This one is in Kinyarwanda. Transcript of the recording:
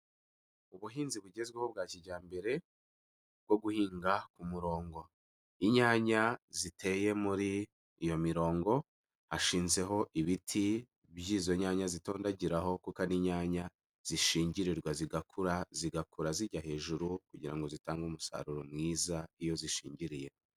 Ubuhinzi bugezweho bwa kijyambere bwo guhinga ku murongo, inyanya ziteye muri iyo mirongo, hashinzeho ibiti by'izo nyanya zitondagiraho kuko ari inyanya zishingirirwa zigakura, zigakura zijya hejuru kugira ngo zitange umusaruro mwiza iyo zishingiriye.